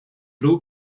blue